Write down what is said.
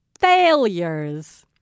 Failures